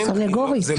סנגורית...